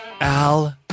Al